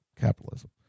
capitalism